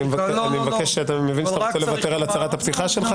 אני מבין שאתה מוותר על הצהרת פתיחה.